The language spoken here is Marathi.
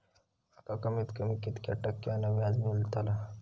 माका कमीत कमी कितक्या टक्क्यान व्याज मेलतला?